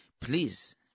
please